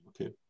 Okay